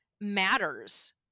matters